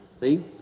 See